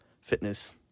fitness